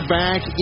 back